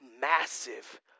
massive